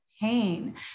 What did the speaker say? pain